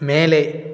மேலே